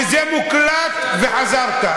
וזה מוקלט, וחזרת.